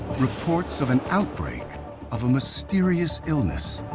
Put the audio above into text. reports of an outbreak of a mysterious illness.